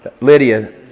Lydia